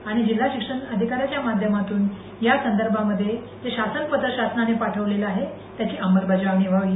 आणि जिल्हा शिक्षण अधिकाऱ्यांच्या माध्यमातून या संदर्भामध्ये जे शासन पत्र शासनाने पाठवलेले आहे त्याची अंमलबजावणी व्हावी